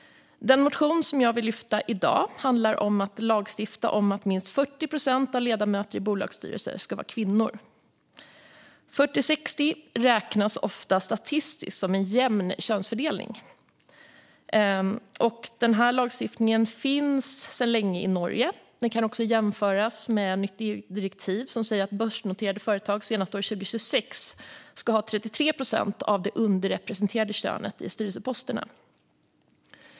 Den motion som jag vill lyfta fram i dag handlar om att vi bör lagstifta om att minst 40 procent av ledamöter i bolagsstyrelser ska vara kvinnor. Oftast räknas 40-60 statistiskt som en jämn könsfördelning. En lagstiftning som denna finns sedan länge i Norge. Den kan även jämföras med ett nytt EU-direktiv som säger att börsnoterade företag senast år 2026 ska ha minst 33 procent av det underrepresenterade könet bland styrelseposterna.